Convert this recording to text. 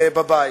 בבית.